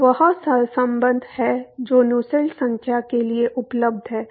तो वह सहसंबंध है जो नुसेल्ट संख्या के लिए उपलब्ध है